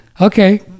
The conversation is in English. okay